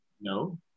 No